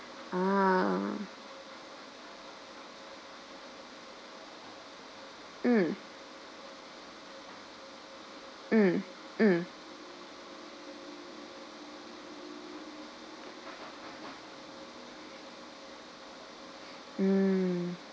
[huh] ah mm mm mm mm